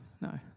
No